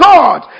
God